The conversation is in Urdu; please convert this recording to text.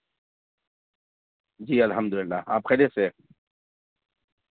جی الحمد اللہ آپ خیریت سے